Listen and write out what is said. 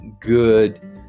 good